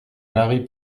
marie